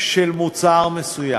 של מוצר מסוים,